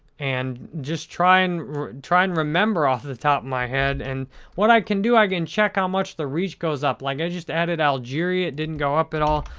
and just try and try and remember off the top of my head and what i can do, i can check how much the reach goes up. like, i just added algeria, it didn't go up at all,